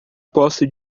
posso